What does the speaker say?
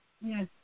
Yes